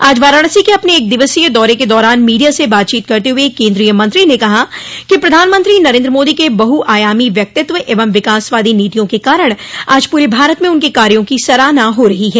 आज वाराणसी के अपने एक दिवसीय दौरे के दौरान मीडिया से बातचीत करते हुए केन्द्रीय मंत्री ने कहा कि प्रधानमंत्री नरेन्द्र मोदी के बहुआयामी व्यक्तित्व एवं विकासवादी नीतियों के कारण आज पूरे भारत में उनके कार्यो की सराहना हो रही है